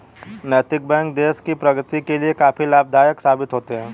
नैतिक बैंक देश की प्रगति के लिए काफी लाभदायक साबित होते हैं